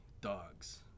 dogs